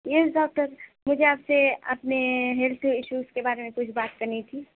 یس doctor مجھے آپ سے اپنے ہیلتھ ایشوز کے بارے میں کچھ بات کرنی تھی